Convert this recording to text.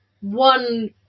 one